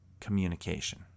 communication